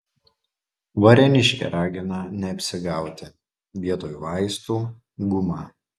varėniškė ragina neapsigauti vietoj vaistų guma